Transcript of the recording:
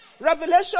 Revelation